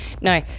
No